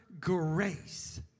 grace